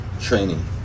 training